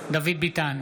דוד ביטן,